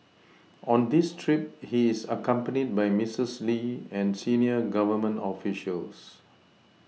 on this trip he is accompanied by Misses Lee and senior Government officials